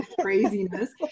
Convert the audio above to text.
craziness